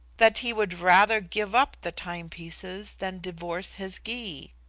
that he would rather give up the timepieces than divorce his gy.